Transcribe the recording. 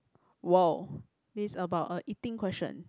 !wow! this is about a eating question